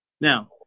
Now